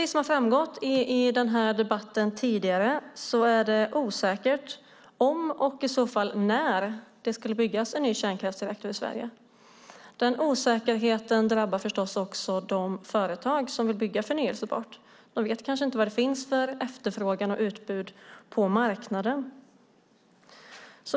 Som har framgått av debatten tidigare är det osäkert om och i så fall när det ska byggas en ny kärnkraftsreaktor i Sverige. Den osäkerheten drabbar förstås också de företag som vill bygga förnybar energi. De vet kanske inte vilken efterfrågan och vilket utbud som finns på marknaden.